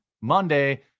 Monday